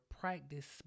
practice